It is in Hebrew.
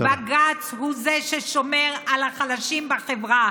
בג"ץ הוא זה ששומר על החלשים בחברה.